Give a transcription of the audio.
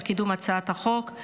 על קידום הצעת החוק,